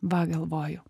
va galvoju